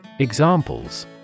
Examples